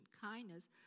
kindness